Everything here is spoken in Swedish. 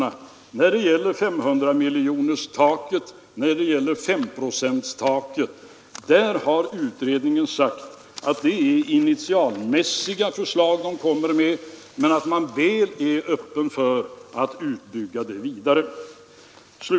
Både när det gäller taket 500 miljoner kronor och S-procentsregeln har utredningen sagt att det är initialmässiga förslag de kommer med, men att man väl är öppen för att utbygga det vidare.